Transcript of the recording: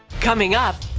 coming up,